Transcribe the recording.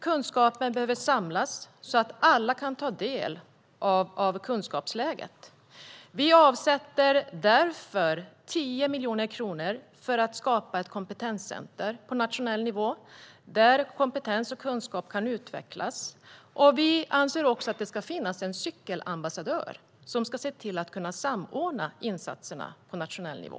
Kunskapen behöver samlas så att alla kan ta del av kunskapsläget. Vi avsätter därför l0 miljoner kronor för att skapa ett kompetenscenter på nationell nivå, där kompetens och kunskap kan utvecklas. Vi anser också att det ska finnas en cykelambassadör, som ska samordna insatserna på nationell nivå.